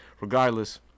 Regardless